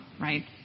right